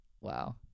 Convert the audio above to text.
Wow